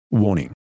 Warning